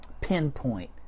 pinpoint